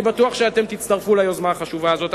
אני בטוח שאתם תצטרפו ליוזמה החשובה הזאת.